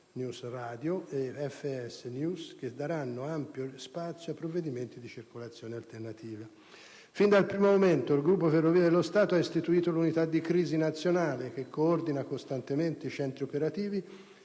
FSNews Radio e FSNews, che daranno ampio spazio ai provvedimenti di circolazione alternativa. Fin dal primo momento il Gruppo Ferrovie dello Stato ha istituito l'unità di crisi nazionale che coordina costantemente i centri operativi